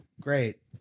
Great